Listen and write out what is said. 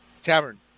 tavern